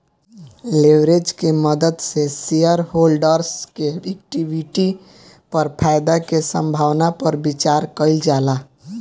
leverage के मदद से शेयरहोल्डर्स के इक्विटी पर फायदा के संभावना पर विचार कइल जाला